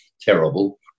terrible